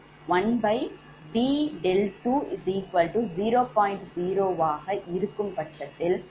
0 இருக்கும்